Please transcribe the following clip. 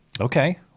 Okay